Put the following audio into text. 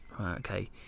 Okay